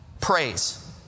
praise